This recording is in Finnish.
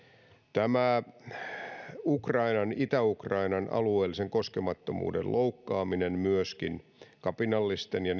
tämä itä ukrainan alueellisen koskemattomuuden loukkaaminen myöskin kapinallisten ja